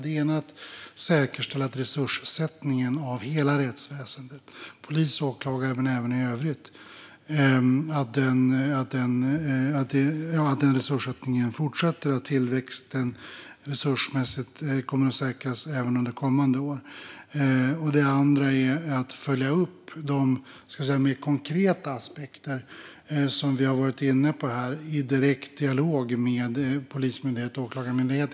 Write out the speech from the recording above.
Det ena är att säkerställa att resurssättningen av hela rättsväsendet - polis, åklagare och även i övrigt - fortsätter och att tillväxten resursmässigt kommer att säkras även under kommande år. Det andra är att följa upp de mer konkreta aspekter som vi har varit inne på här i direkt dialog med inte minst polismyndighet och åklagarmyndighet.